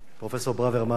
פרופסור ברוורמן,